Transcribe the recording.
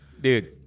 Dude